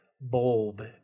bulb